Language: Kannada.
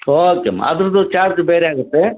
ಓಕೆ ಅಮ್ಮ ಅದರದ್ದು ಚಾರ್ಜ್ ಬೇರೆ ಆಗುತ್ತೆ